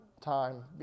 time